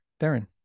Darren